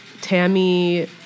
Tammy